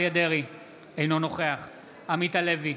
אינו נוכח עמית הלוי,